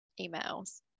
emails